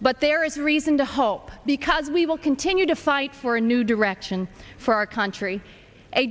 but there is reason to hope because we will continue to fight for a new direction for our country a